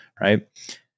right